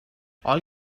all